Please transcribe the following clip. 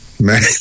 Man